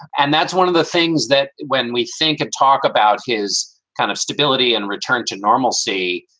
and that's one of the things that when we think of talk about his kind of stability and return to normalcy.